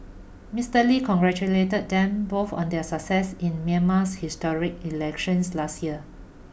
Mister Lee congratulated them both on their success in Myanmar's historic elections last year